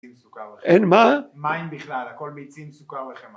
מים, סוכר וחמאה. -אין מה? -מים בכלל. הכול מיצים, סוכר וחמאה.